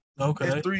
Okay